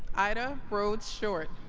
ada rhodes short